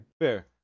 Fair